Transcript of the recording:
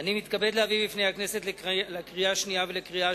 אני מתכבד להביא בפני הכנסת לקריאה שנייה ולקריאה